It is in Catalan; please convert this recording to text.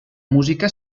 música